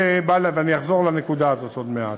ואני אחזור לנקודה הזו עוד מעט.